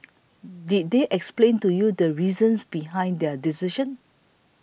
did they explain to you the reasons behind their decision